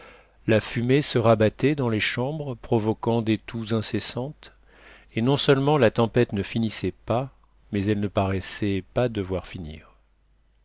la fumée se rabattait dans les chambres provoquant des toux incessantes et non seulement la tempête ne finissait pas mais elle ne paraissait pas devoir finir